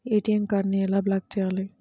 ATM కార్డుని ఎలా block చేయాలి?